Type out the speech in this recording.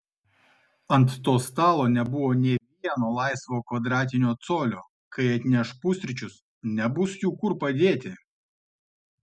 ant to stalo nebuvo nė vieno laisvo kvadratinio colio kai atneš pusryčius nebus jų kur padėti